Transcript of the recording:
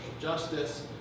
justice